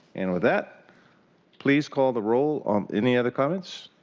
and with that please call the role. um any other comments?